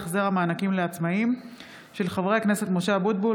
בהצעה לסדר-היום של חברי הכנסת משה אבוטבול,